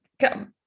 come